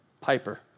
Piper